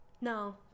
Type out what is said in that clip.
No